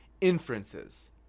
inferences